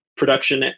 production